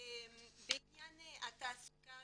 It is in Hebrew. בעניין התעסוקה